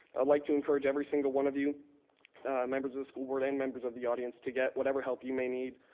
i'd like to encourage every single one of you members of the school board and members of the audience to get whatever help you may need.